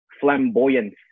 flamboyance